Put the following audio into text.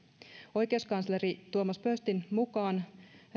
oikeuskansleri tuomas pöystin mukaan